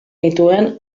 nituen